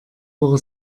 woche